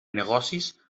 negocis